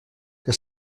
que